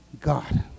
God